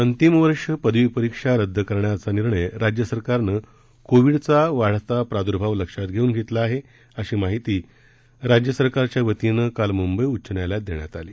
अंतिम वर्ष पदवी परीक्षा रद्द करण्याचा निर्णय राज्य सरकारनं कोविडचा वाढता प्रादूर्भाव लक्षात घेऊन घेतला आहे अशी माहिती राज्य सरकारच्या वतीनं काल मुंबई उच्च न्यायालयात देण्यात आली